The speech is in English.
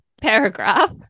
paragraph